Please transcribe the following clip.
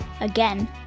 Again